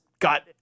got